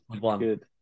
good